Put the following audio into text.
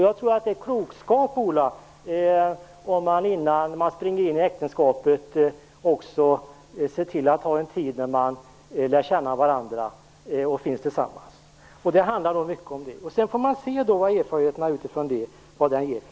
Jag tror att det är klokskap, Ola Ström, om man har en tid när man lär känna varandra innan man springer in i äktenskapet. Det handlar mycket om det. Sedan får vi se vad erfarenheterna av detta ger.